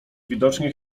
widocznie